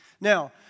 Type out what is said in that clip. Now